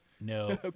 No